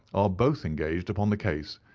are both engaged upon the case,